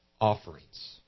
offerings